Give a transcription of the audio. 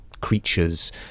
creatures